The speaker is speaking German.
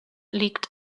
liegt